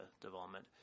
development